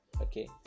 Okay